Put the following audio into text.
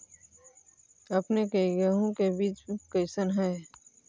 अपने के गेहूं के बीज कैसन है?